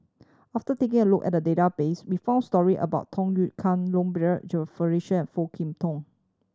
after taking a look at the database we found story about Tham Yui Kai Low Jimenez Felicia and Foo Kwee Horng